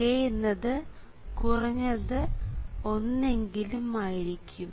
k എന്നത് കുറഞ്ഞത് 1 എങ്കിലും ആയിരിക്കും